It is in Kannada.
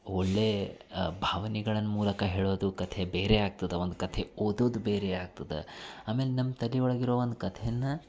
ಒಳ್ಳೆಯ ಭಾವನೆಗಳ ಮೂಲಕ ಹೇಳೋದು ಕಥೆ ಬೇರೆ ಆಗ್ತದೆ ಒಂದು ಕಥೆ ಓದೋದು ಬೇರೆ ಆಗ್ತದೆ ಆಮೇಲೆ ನಮ್ಮ ತಲೆಯೊಳಗಿರೋ ಒಂದು ಕಥೆಯನ್ನು